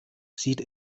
sieht